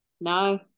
No